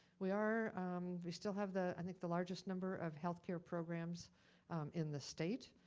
we are, we still have the, i think the largest number of healthcare programs in the state.